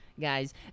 guys